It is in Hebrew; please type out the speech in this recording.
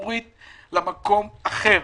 הציבורית למקום אחר,